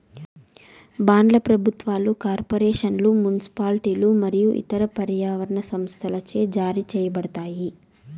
బాండ్లు ప్రభుత్వాలు, కార్పొరేషన్లు, మునిసిపాలిటీలు మరియు ఇతర పర్యావరణ సంస్థలచే జారీ చేయబడతాయి